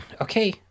okay